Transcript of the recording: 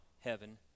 heaven